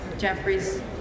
Jeffries